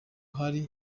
hari